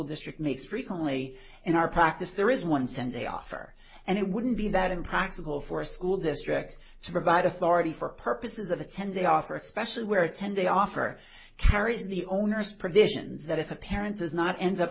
district makes frequently in our practice there is one cent they offer and it wouldn't be that impractical for a school district to provide authority for purposes of a ten day offer especially where ten they offer care is the owner's provisions that if a parent does not ends up